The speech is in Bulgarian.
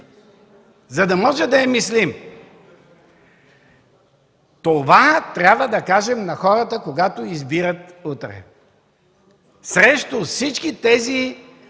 този проект да е мислим. Това трябва да кажем на хората, когато избират утре, срещу всички тези